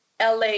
LA